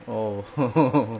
oh